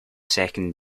second